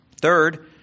Third